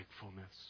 thankfulness